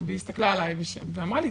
והסתכלה עלי ואמרה לי,